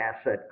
asset